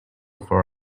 for